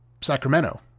Sacramento